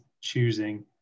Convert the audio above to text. choosing